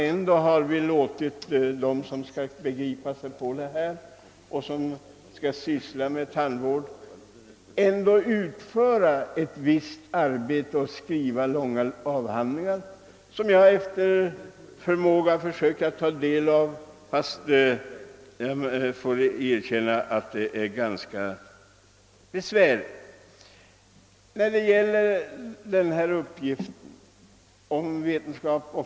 Ändå har vi låtit experter på tandvård utföra forskningsarbete och skriva långa avhandlingar. Dessa bar jag efter bästa förmåga försökt ta del av, men jag får erkänna att det är ganska svårt.